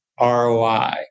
ROI